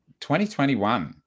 2021